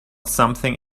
something